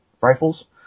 rifles